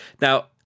now